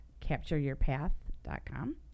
captureyourpath.com